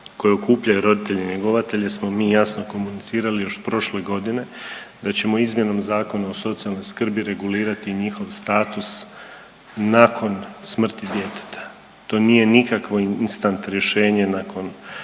koje okupljaju roditelje njegovatelje smo mi jasno komunicirali još prošle godine da ćemo izmjenom Zakona o socijalnoj skrbi regulirati njihov status nakon smrti djeteta. To nije nikakvo instant rješenje nakon